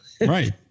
right